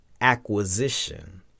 acquisition